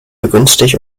begünstigt